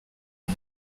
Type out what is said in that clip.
hon